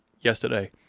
yesterday